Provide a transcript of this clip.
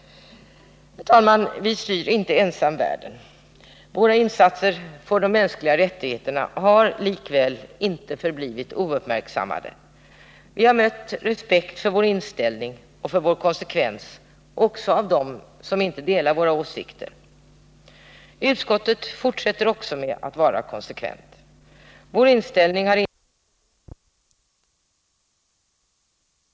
Herr talman! Vi styr inte ensamma världen. Våra insatser för de mänskliga rättigheterna har likväl inte blivit ouppmärksammade. Vi har mött respekt för vår inställning och för vår konsekvens också bland dem som inte delar våra åsikter. 103 Utskottet fortsätter också att vara konsekvent. Vår inställning har inte förändrats varken när det gäller det förhatliga förtrycket i Chile eller våra möjligheter att ensamma åstadkomma bojkott av olika slag mot regimen i fråga. Herr talman! Jag skall be att få yrka bifall till utskottets hemställan i dess betänkande nr 2.